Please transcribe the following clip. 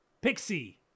pixie